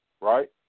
right